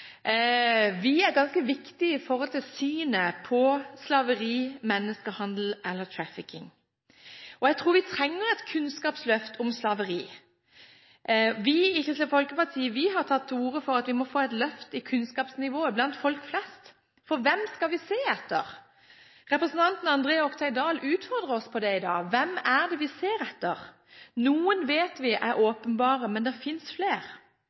er ganske viktige i forhold til synet på slaveri, menneskehandel eller trafficking. Jeg tror vi trenger et kunnskapsløft når det gjelder slaveri. Vi i Kristelig Folkeparti har tatt til orde for at vi må få et løft i kunnskapsnivået blant folk flest, for hvem skal vi se etter? Representanten André Oktay Dahl utfordrer oss på det i dag: Hvem er det vi ser etter? Noen er åpenbare, men det finnes flere. Hvis vi